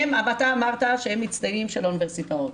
אתה אמרת שהם מצטיינים של האוניברסיטאות.